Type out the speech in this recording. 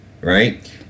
right